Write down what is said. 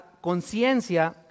conciencia